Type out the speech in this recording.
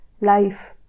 life